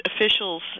officials